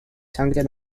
sangre